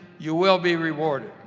you will be rewarded.